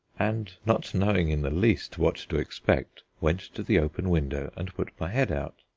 and, not knowing in the least what to expect, went to the open window and put my head out.